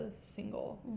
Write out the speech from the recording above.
single